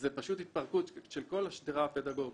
זו התפרקות של כל השדרה הפדגוגית.